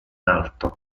alto